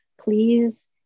Please